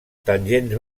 tangents